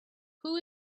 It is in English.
who